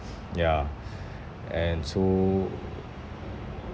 yeah and so